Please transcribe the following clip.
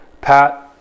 Pat